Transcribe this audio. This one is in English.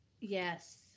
Yes